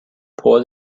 pour